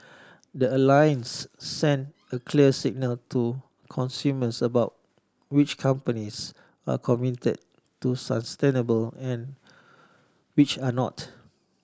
the Alliance sends a clear signal to consumers about which companies are committed to sustainability and which are not